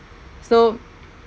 so